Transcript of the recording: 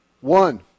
One